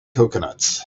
coconuts